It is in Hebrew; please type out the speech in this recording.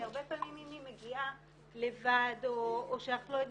כי הרבה פעמים אם היא מגיעה לבד או שאנחנו לא יודעים,